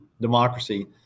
democracy